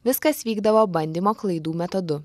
viskas vykdavo bandymo klaidų metodu